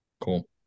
Cool